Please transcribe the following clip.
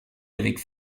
avec